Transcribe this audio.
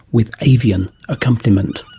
with avian accompaniment.